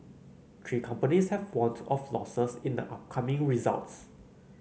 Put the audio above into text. three companies have warned of losses in the upcoming results